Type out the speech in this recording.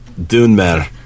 Dunmer